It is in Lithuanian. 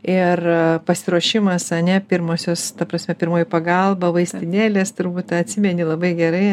ir pasiruošimas ar ne pirmosios ta prasme pirmoji pagalba vaistinėlės turbūt tą atsimeni labai gerai